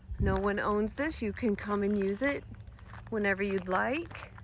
no one owns this, you can come and use it whenever you like.